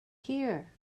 here